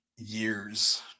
years